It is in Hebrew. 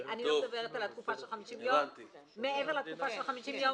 אני לא מדברת על התקופה של 50 יום מעבר לתקופה של 50 יום,